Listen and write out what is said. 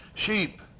sheep